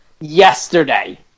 yesterday